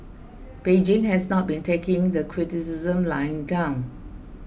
Beijing has not been taking the criticisms lying down